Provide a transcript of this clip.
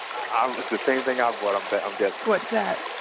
um the same thing i bought i'm but um guessing what's that?